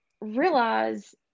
realize